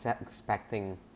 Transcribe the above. expecting